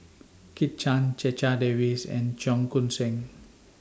Kit Chan Checha Davies and Cheong Koon Seng